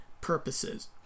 purposes